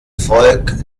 volk